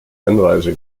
einreise